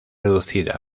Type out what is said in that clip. reducida